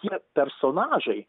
tie personažai